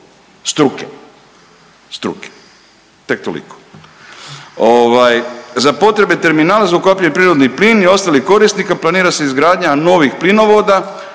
struke, struke. Tek toliko. Za potrebe terminala za ukapljeni prirodni plin i ostalih korisnika planira se izgradnja novih plinovoda